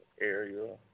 area